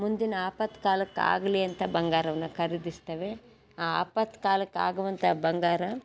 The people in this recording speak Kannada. ಮುಂದಿನ ಆಪತ್ಕಾಲಕ್ಕೆ ಆಗಲಿ ಅಂತ ಬಂಗಾರವನ್ನು ಖರೀದಿಸ್ತೇವೆ ಆ ಆಪತ್ಕಾಲಕ್ಕೆ ಆಗುವಂಥ ಬಂಗಾರ